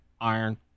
iron